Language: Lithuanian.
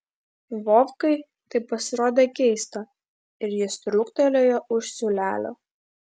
vovkai tai pasirodė keista ir jis trūktelėjo už siūlelio